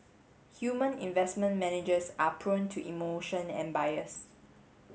human investment managers are prone to emotion and bias